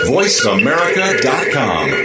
VoiceAmerica.com